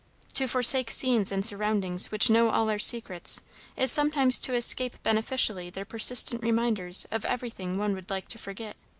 to forsake scenes and surroundings which know all our secrets is sometimes to escape beneficially their persistent reminders of everything one would like to forget.